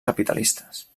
capitalistes